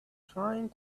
trying